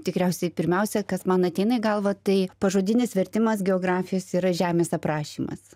tikriausiai pirmiausia kas man ateina į galvą tai pažodinis vertimas geografijos yra žemės aprašymas